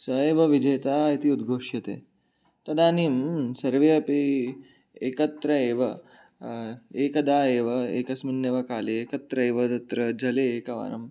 स एव विजेता इति उद्घोष्यते तदानीं सर्वे अपि एकत्र एव एकदा एव एकस्मिन् एव काले एकत्र एव तत्र जले एकवारम्